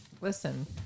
Listen